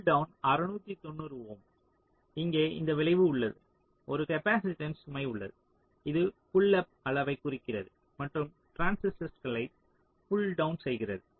எனவே pull down 690 ohm இங்கே இந்த விளைவு உள்ளது ஒரு காப்பாசிட்டன்ஸ் சுமை உள்ளது இது புல் அப் அளவைக் குறிக்கிறது மற்றும் டிரான்சிஸ்டர்களை புல் டவுன் செய்கிறது